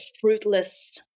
fruitless